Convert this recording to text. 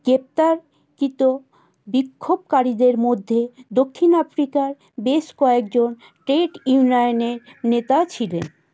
গ্রেফতারকৃত বিক্ষোভকারীদের মধ্যে দক্ষিণ আফ্রিকার বেশ কয়েকজন ট্রেড ইউনিয়নের নেতাও ছিলেন